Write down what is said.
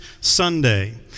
Sunday